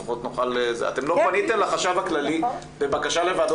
אתם לא פניתם לחשב הכללי בבקשה לוועדות